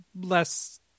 less